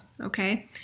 Okay